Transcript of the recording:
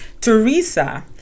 Teresa